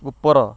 ଉପର